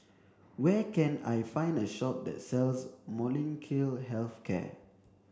where can I find a shop that sells Molnylcke health care